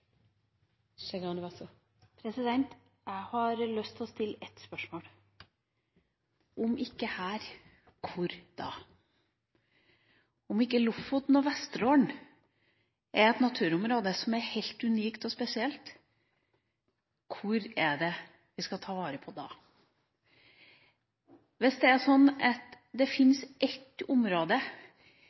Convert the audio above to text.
Jeg har lyst til å stille ett spørsmål: Om ikke her – hvor da? Om ikke Lofoten og Vesterålen er et naturområde som er helt unikt og spesielt, hvilket område skal vi ta vare på da? Hvis det er sånn at det fins ett område